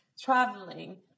traveling